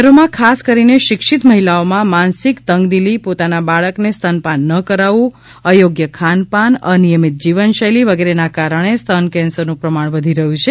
શહેરોમાં ખાસ કરીને શિક્ષિત મહિલાઓમાં માનસિક તંગદિલી પોતાના બાળકને સ્તનપાન ન કરાવવું અયોગ્ય ખાનપાન અનિયમિત જીવનશૈલી વગેરેના કારણે સ્તન કેન્સરનું પ્રમાણ વધી રહ્યું છે